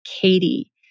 Katie